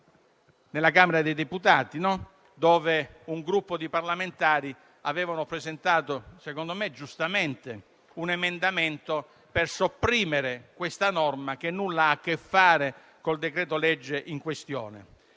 alla Camera dei deputati, dove un gruppo di parlamentari aveva presentato, secondo me giustamente, un emendamento per sopprimere questa norma, che nulla ha a che fare col decreto-legge in questione.